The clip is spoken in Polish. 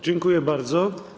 Dziękuję bardzo.